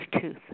tooth